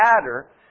matter